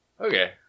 Okay